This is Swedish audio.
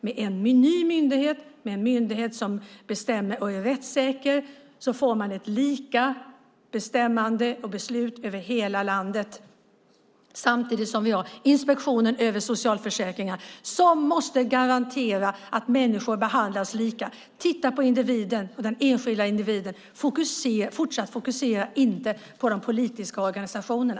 Med en ny myndighet som är rättssäker får man lika beslut över hela landet. Samtidigt har vi Inspektionen för socialförsäkringen som måste garantera att människor behandlas lika. Titta på den enskilda individen och fortsätt inte fokusera på de politiska organisationerna!